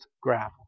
gravel